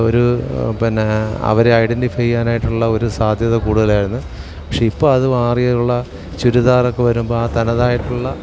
ഒരു പിന്നേ അവരെ ഐഡൻ്റിഫൈ ചെയ്യാനായിട്ടുള്ള ഒരു സാധ്യത കൂടുതലായിരുന്നു പക്ഷെ ഇപ്പം അത് മാറിയുള്ള ചുരിദാറൊക്കെ വരുമ്പം ആ തനതായിട്ടുള്ള